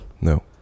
no